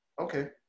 okay